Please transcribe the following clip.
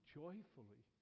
joyfully